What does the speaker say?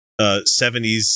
70s